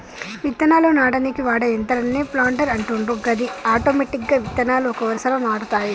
విత్తనాలు నాటనీకి వాడే యంత్రాన్నే ప్లాంటర్ అంటుండ్రు గది ఆటోమెటిక్గా విత్తనాలు ఒక వరుసలో నాటుతాయి